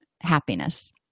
happiness